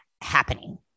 happening